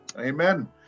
amen